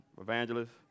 Evangelist